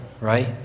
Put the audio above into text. right